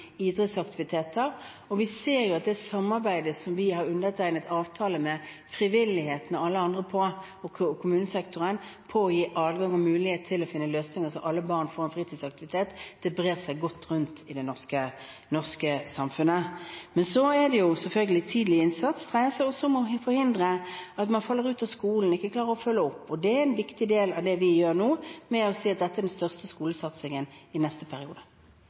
idrettsaktiviteter. Vi ser at det samarbeidet som vi har undertegnet avtale med frivilligheten og alle andre i kommunesektoren om, om å gi adgang og mulighet til å finne løsninger, slik at alle barn får en fritidsaktivitet, brer seg godt i det norske samfunnet. Men tidlig innsats dreier seg selvfølgelig også om å forhindre at man faller ut av skolen og ikke klarer å følge opp. Det er en viktig del av det vi gjør nå, og jeg vil si at dette er den største skolesatsingen i neste periode.